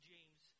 James